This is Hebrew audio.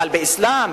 אבל באסלאם,